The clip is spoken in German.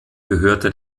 gehörte